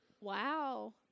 Wow